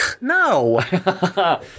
No